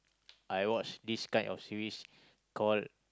I watch this kind of series call